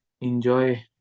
enjoy